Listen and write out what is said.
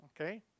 okay